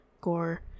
gore